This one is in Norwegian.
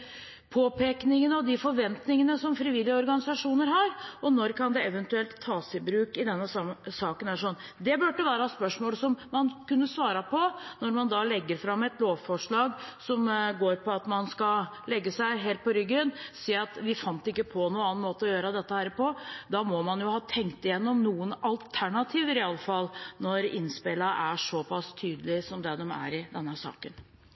påpekningene og de forventningene som frivillige organisasjoner har? Og når kan det eventuelt tas i bruk i denne saken? Det burde være spørsmål som man kunne svare på når man legger fram et lovforslag som går på at man skal legge seg helt på ryggen og si at vi fant ikke på noen annen måte å gjøre dette på. Da må man jo ha tenkt igjennom noen alternativer iallfall, når innspillene er såpass tydelige som det de er i denne saken.